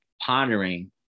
pondering